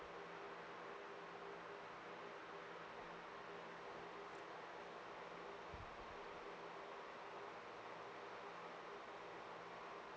ya